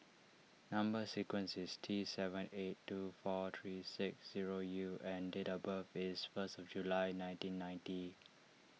Number Sequence is T seven eight two four three six zero U and date of birth is first of July nineteen ninety